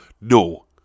No